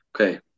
Okay